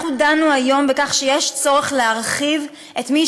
אנחנו דנו היום בכך שיש צורך להוסיף למי